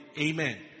Amen